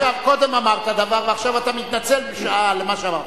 קודם אמרת דבר ועכשיו אתה מתנצל על מה שאמרת.